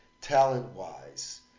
talent-wise